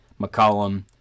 McCollum